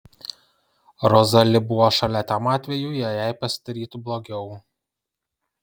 rozali buvo šalia tam atvejui jei jai pasidarytų blogiau